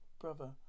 brother